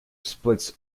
splits